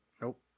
Nope